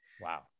Wow